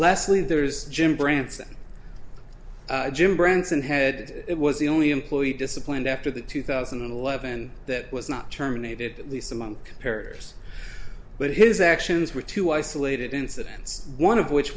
leslie there's jim branson jim branson head it was the only employee disciplined after the two thousand and eleven that was not terminated at least among pears but his actions were too isolated incidents one of which